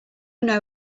know